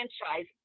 franchise